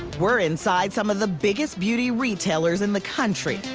we're inside some of the biggest beauty retailers in the country.